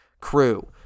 crew